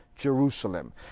Jerusalem